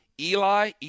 Eli